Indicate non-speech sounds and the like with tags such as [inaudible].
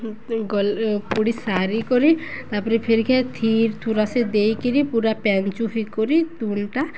[unintelligible] ପୋଡ଼ି ସାରି କରି ତାପରେ ଫେରିକି ଥିର ଥୁର ସେ ଦେଇକିରି ପୁରା ପେନ୍ ଚୁହିି କରି ତୁଲଟା